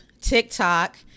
TikTok